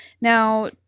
Now